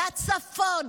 מהצפון,